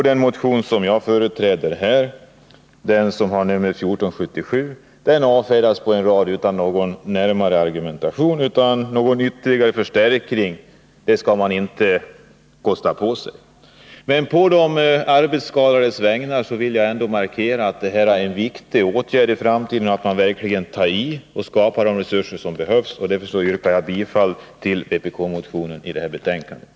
Den motion som jag företräder här, som har nummer 1477, avfärdas på en rad utan någon närmare argumentation — några ytterligare förstärkningar skall man inte kosta på sig. Men på de arbetsskadades vägnar vill jag ändå markera att det är viktigt att i framtiden verkligen ta i och skapa de resurser som behövs. Därför yrkar jag bifall till den vpk-motion som behandlas i det här betänkandet.